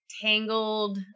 tangled